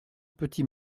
petit